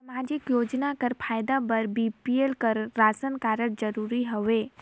समाजिक योजना कर फायदा बर बी.पी.एल कर राशन कारड जरूरी हवे?